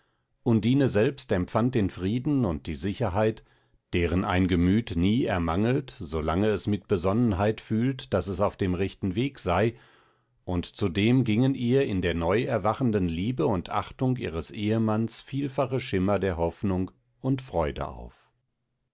undine selbst empfand den frieden und die sicherheit deren ein gemüt nie ermangelt solange es mit besonnenheit fühlt daß es auf dem rechten wege sei und zudem gingen ihr in der neu erwachenden liebe und achtung ihres ehemannes vielfache schimmer der hoffnung und freude auf